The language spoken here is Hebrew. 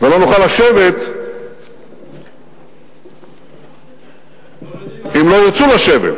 ולא נוכל לשבת אם לא ירצו לשבת.